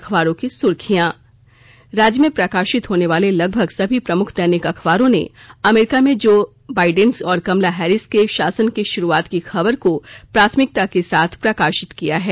अखबारों की सुर्खियां राज्य में प्रकाशित होने वाले लगभग सभी प्रमुख दैनिक अखबारों ने अमेरिका में जो बाइडेन और कमला हैरिस के शासन की शुरूआत की खबर को प्राथमिकता के साथ प्रकाशित किया है